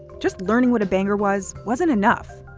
just learning what a banger was wasn't enough.